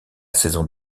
saison